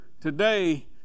today